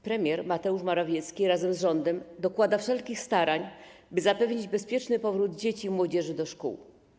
Premier Mateusz Morawiecki razem z rządem dokłada wszelkich starań, by zapewnić bezpieczny powrót dzieci i młodzieży do szkół.